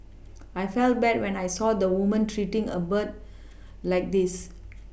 I felt bad when I saw the woman treating a bird like this